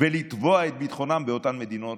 ולתבוע את ביטחונם באותן מדינות